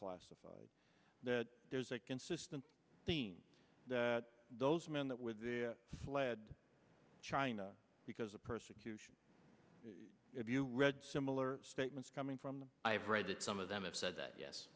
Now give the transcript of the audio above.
classified that there's a consistent theme that those men that would lead china because of persecution if you read similar statements coming from them i have read that some of them have said that yes